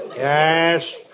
Yes